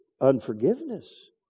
unforgiveness